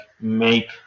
make